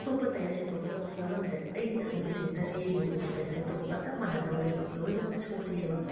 ꯑꯇꯣꯞꯄ ꯇꯥꯌꯥꯔ ꯁꯤꯟꯇꯣꯛꯀꯗꯕꯁꯨ ꯌꯥꯎꯔꯝꯗ꯭ꯔꯦ ꯑꯩꯗꯤ ꯑꯁꯣꯝ ꯃꯤꯇꯤꯡꯗꯗꯤ ꯃꯤꯇꯤꯡꯗꯣ ꯀꯦꯟꯁꯦꯜ ꯇꯧꯕꯒ ꯆꯞ ꯃꯥꯅꯗꯧꯔꯦꯕ ꯂꯣꯏꯅꯃꯛ ꯁꯣꯏꯔꯦꯕ